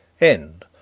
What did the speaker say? End